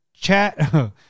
chat